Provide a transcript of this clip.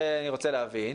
רוצה להבין: